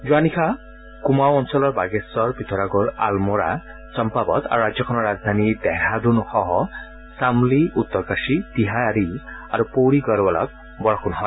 যোৱা নিশা কুমাও অঞ্চলৰ বাগেশ্বৰ পিঠোৰাগড় আলমোডা চম্পাৱট আৰু ৰাজ্যখনৰ ৰাজধানী ডেহৰাডুনসহ চাম'লী উত্তৰকাশী তিহাৰী আৰু পৌৰি গড়ৱালত বৰষুণ হৈছে